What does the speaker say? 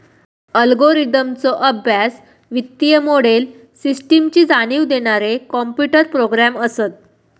अल्गोरिदमचो अभ्यास, वित्तीय मोडेल, सिस्टमची जाणीव देणारे कॉम्प्युटर प्रोग्रॅम असत